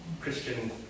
Christian